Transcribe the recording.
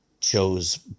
chose